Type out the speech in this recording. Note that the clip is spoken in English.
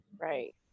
Right